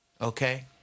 okay